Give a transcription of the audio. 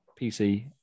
PC